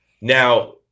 Now